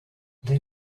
they